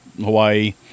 Hawaii